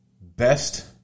Best